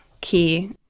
key